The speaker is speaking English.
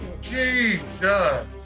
Jesus